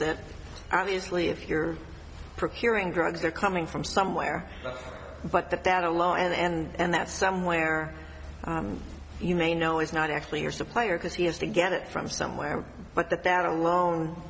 that obviously if you're procuring drugs they're coming from somewhere but that that alone and that somewhere you may know it's not actually your supplier because he has to get it from somewhere but that that alone